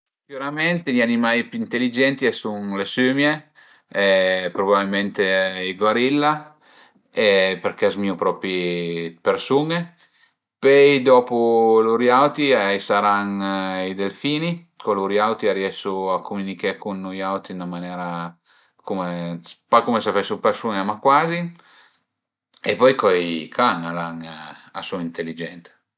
Sicürament i animai pi inteligenti a sun le sümie, probabilmnet i gorilla përché a zmìu propi dë persun-e, pöi dopu lur auti a i saran i delfini, co lur auti a riesu a cumüniché cun nui auti ën 'na manera cume, pa cume s'a föisu d'persun-e, ma cuazi e pöi co i can, al a la sua inteligensa